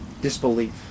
disbelief